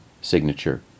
signature